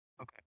Okay